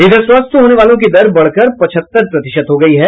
इधर स्वस्थ होने वालों की दर बढ़कर पचहत्तर प्रतिशत हो गयी है